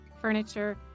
furniture